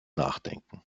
nachdenken